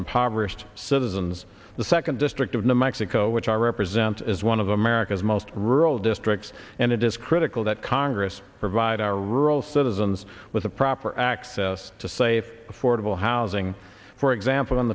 impoverished citizens the second district of new mexico which i represent as one of america's most rural districts and it is critical that congress provide our rural citizens with the proper access to safe affordable housing for example in